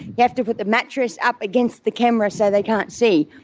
you have to put the mattress up against the camera so they can't see.